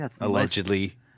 allegedly